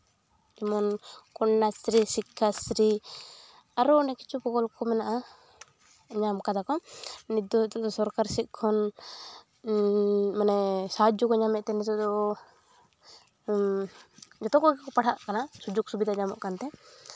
ᱡᱮᱢᱚᱱ ᱠᱚᱱᱱᱟᱥᱨᱤ ᱥᱤᱠᱠᱷᱟᱥᱨᱤ ᱟᱨᱚ ᱚᱱᱮᱠ ᱠᱤᱪᱷᱩ ᱯᱨᱚᱠᱚᱞᱯᱚ ᱢᱮᱱᱟᱜᱼᱟ ᱧᱟᱢ ᱠᱟᱫᱟ ᱠᱚ ᱱᱤᱛ ᱫᱚ ᱱᱤᱛᱚᱜ ᱫᱚ ᱥᱚᱨᱠᱟᱨᱤ ᱥᱮᱫ ᱠᱷᱚᱱ ᱢᱟᱱᱮ ᱥᱟᱦᱟᱡᱡᱚ ᱠᱚ ᱧᱟᱢᱮᱫᱛᱮ ᱱᱤᱛᱚᱜ ᱫᱚ ᱡᱚᱛᱚ ᱠᱚᱜᱮ ᱠᱚ ᱯᱟᱲᱦᱟᱜ ᱠᱟᱱᱟ ᱥᱩᱡᱚᱜᱽ ᱥᱩᱵᱤᱫᱷᱟ ᱧᱟᱢᱚᱜ ᱠᱟᱱᱛᱮ